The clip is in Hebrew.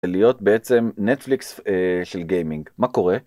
להיות בעצם נטפליקס של גיימינג, מה קורה?